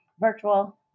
virtual